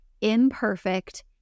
imperfect